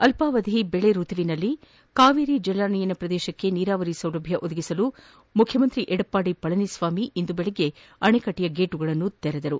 ಅಲ್ವಾವಧಿ ಬೆಳೆ ಋತುವಿನಲ್ಲಿ ಕಾವೇರಿ ಜಲಾನಯನ ಪ್ರದೇಶಕ್ಕೆ ನೀರಾವರಿ ಸೌಲಭ್ಞ ಒದಗಿಸಲು ಮುಖ್ಯಮಂತ್ರಿ ಎಡಪ್ಪಾಡಿ ಪಳನಿಸ್ವಾಮಿ ಅವರು ಇಂದು ಬೆಳಗ್ಗೆ ಅಣೆಕಟ್ಲಿನ ಗೇಟುಗಳನ್ನು ತೆರೆದರು